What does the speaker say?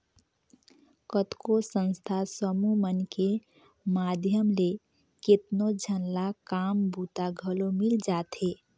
कतको संस्था समूह मन के माध्यम ले केतनो झन ल काम बूता घलो मिल जाथे